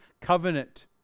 covenant